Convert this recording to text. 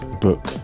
book